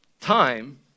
Time